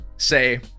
Say